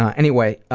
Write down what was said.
ah anyway,